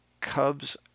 Cubs